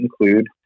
include